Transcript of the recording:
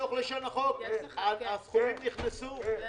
הסכומים נכנסו בתוך לשון החוק?